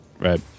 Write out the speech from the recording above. right